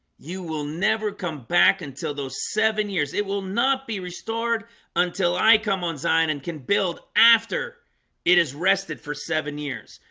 you will never come back until those seven years it will not be restored until i come on zion and can build after it has rested for seven years.